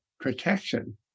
protection